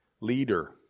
leader